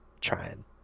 trying